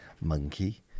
monkey